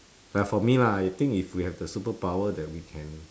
but for me lah I think if we have the superpower that we can